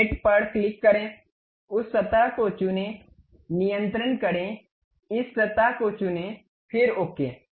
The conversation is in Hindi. तो मेट पर क्लिक करें उस सतह को चुनें नियंत्रण करें इस सतह को चुनें फिर ओके